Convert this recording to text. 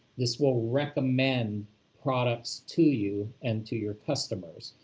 this will recommend products to you and to your customers.